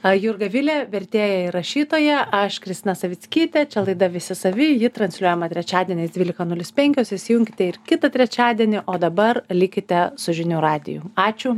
jurga vilė vertėja ir rašytoja aš kristina savickytė čia laida visi savi ji transliuojama trečiadieniais dvylika nulis penkios įsijunkite ir kitą trečiadienį o dabar likite su žinių radiju ačiū